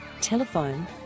Telephone